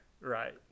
Right